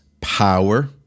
power